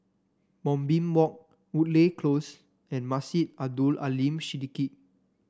Moonbeam Walk Woodleigh Close and Masjid Abdul Aleem Siddique